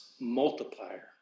multiplier